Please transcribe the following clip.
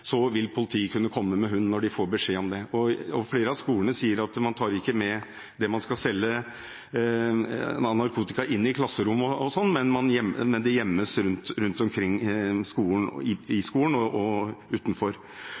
vil politiet kunne komme med hund når de får beskjed om det. Flere av skolene sier at man ikke tar med det man skal selge av narkotika, inn i klasserommet, men at det gjemmes rundt omkring i og